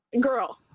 Girl